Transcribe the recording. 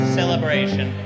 celebration